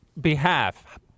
behalf